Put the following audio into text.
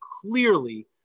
clearly